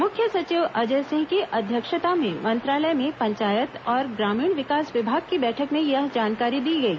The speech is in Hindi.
मुख्य सचिव अजय सिंह की अध्यक्षता में मंत्रालय में पंचायत और ग्रामीण विकास विभाग की बैठक में यह जानकारी दी गई